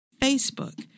Facebook